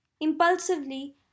impulsively